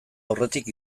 aurretik